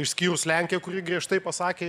išskyrus lenkiją kuri griežtai pasakė